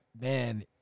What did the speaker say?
man